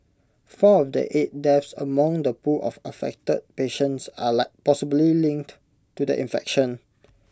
four of the eight deaths among the pool of affected patients are like possibly linked to the infection